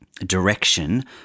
direction